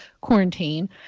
quarantine